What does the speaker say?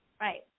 Right